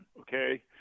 okay